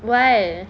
why